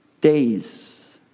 days